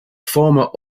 former